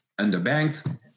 underbanked